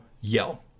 yell